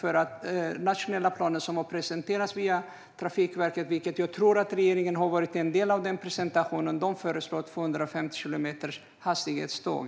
I den nationella plan som Trafikverket har presenterat - jag tror att regeringen har varit en del av den presentationen - förespråkar man 250 kilometers hastighetståg.